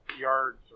yards